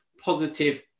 positive